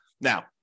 Now